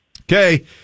Okay